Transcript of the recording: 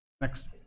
Next